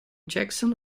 jackson